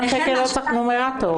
לא צריך נומרטור.